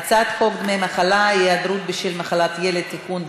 ההצעה להעביר את הצעת חוק דמי מחלה (היעדרות בשל מחלת ילד) (תיקון,